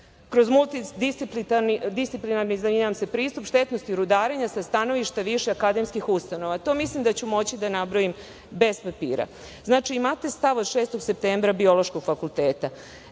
kroz multidisciplinarni pristup štetnosti rudarenja sa stanovišta više akademskih ustanova. To mislim da ću moći da nabrojim bez papira. Imate stav od 6. septembra biološkog fakulteta.